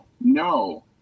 no